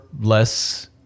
less